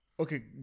Okay